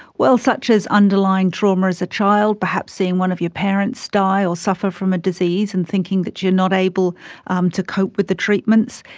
well, such as underlying trauma as a child, perhaps seeing one of your parents die or suffer from a disease and thinking that you are not able um to cope with the treatments.